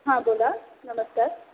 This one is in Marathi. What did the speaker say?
हां बोला नमस्कार